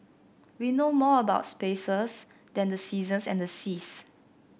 we know more about spaces than the seasons and the seas